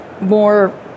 more